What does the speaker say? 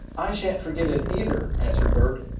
i shan't forget it either, answered bert.